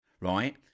right